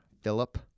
Philip